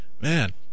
Man